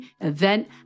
event